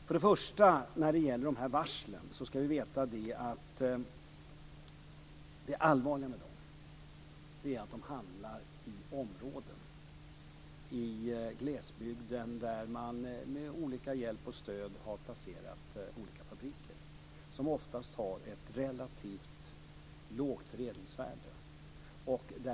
Först och främst när det gäller varslen ska vi veta att det allvarliga är att de förekommer i områden - i glesbygden - där fabriker har placerats med hjälp av olika stödformer. De har ofta ett relativt lågt förädlingsvärde.